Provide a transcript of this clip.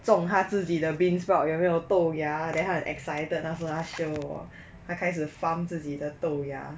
种她自己的 bean sprout 有没有豆芽 then 她很 excited 那时后她 show 我她开始 farm 自己的豆芽